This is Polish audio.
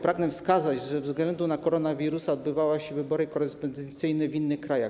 Pragnę wskazać, że ze względu na koronawirusa odbywały się wybory korespondencyjne w innych krajach.